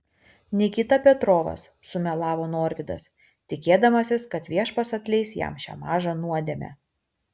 nikita petrovas sumelavo norvydas tikėdamasis kad viešpats atleis jam šią mažą nuodėmę